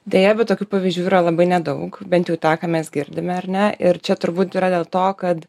deja bet tokių pavyzdžių yra labai nedaug bent jau tą ką mes girdime ar ne ir čia turbūt yra dėl to kad